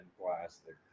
plastic